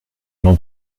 jean